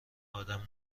آدم